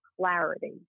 clarity